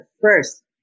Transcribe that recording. first